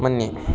मन्ये